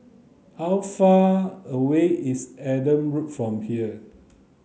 how far away is Adam Road from here